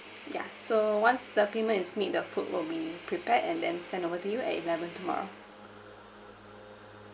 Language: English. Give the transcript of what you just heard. yeah so once the payment is made the food will be prepared and then send over to you at eleven tomorrow